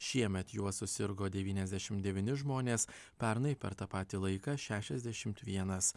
šiemet juo susirgo devyniasdešim devyni žmonės pernai per tą patį laiką šešiasdešimt vienas